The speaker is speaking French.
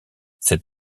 cette